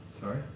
Sorry